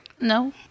No